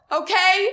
okay